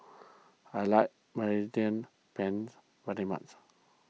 I like Mediterranean Penne very much